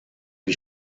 lui